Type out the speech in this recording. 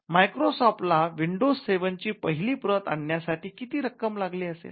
Microsoft ला Windows seven ची पहिली प्रत आणण्यासाठी किती रक्कम लागली असेल